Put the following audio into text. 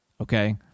okay